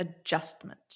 adjustment